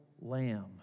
lamb